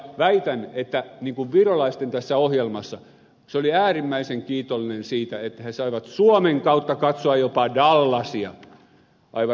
väitän että tässä virolaisten ohjelmassa oltiin äärimmäisen kiitollisia siitä että he saivat suomen kautta katsoa jopa dallasia aivan ed